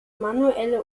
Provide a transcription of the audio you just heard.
manuelle